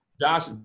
Josh